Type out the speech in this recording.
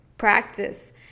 Practice